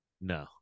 No